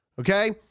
Okay